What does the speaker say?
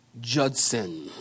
Judson